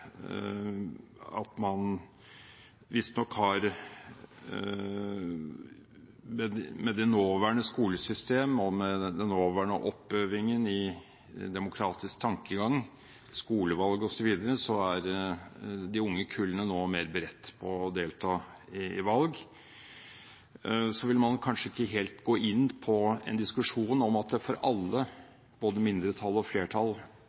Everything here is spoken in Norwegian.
visstnok de unge kullene nå mer beredt på å delta i valg. Så vil man kanskje ikke helt gå inn i en diskusjon om at det for alle, både mindretall og flertall,